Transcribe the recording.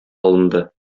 алынды